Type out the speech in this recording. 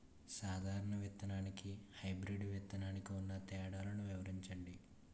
సాధారణ విత్తననికి, హైబ్రిడ్ విత్తనానికి ఉన్న తేడాలను వివరించండి?